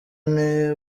ane